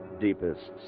deepest